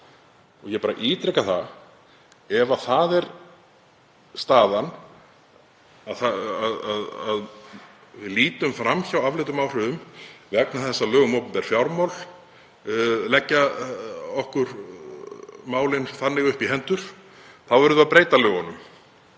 og ég ítreka að ef það er staðan, að við lítum fram hjá afleiddum áhrifum vegna þess að lög um opinber fjármál leggja okkur málin þannig upp í hendur, þá verðum við að breyta lögunum